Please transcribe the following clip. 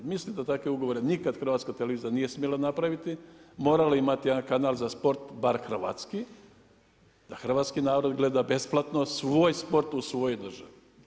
Mislim da takve ugovore nikad HRT nije smjela napraviti, morala je imati jedan kanal za sport bar hrvatski, da hrvatski narod gleda besplatnu svoj sport u svojoj državi.